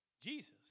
Jesus